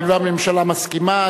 הואיל והממשלה מסכימה,